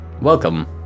welcome